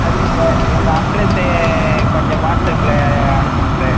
சரிங்க சார் உங்கள் அட்ரஸ் கொஞ்சம் வாட்ஸ்அப் அனுப்புங்கள் சார்